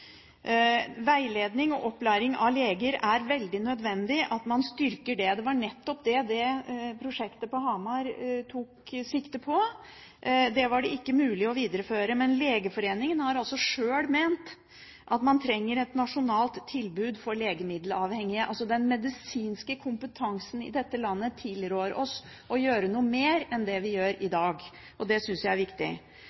veiledning og opplæring av leger. Det var nettopp det prosjektet på Hamar tok sikte på. Det var det ikke mulig å videreføre, men Legeforeningen har sjøl ment at man trenger et nasjonalt tilbud for legemiddelavhengige. Den medisinske kompetansen i dette landet tilrår oss å gjøre noe mer enn det vi gjør i